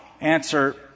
answer